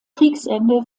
kriegsende